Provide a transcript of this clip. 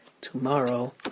tomorrow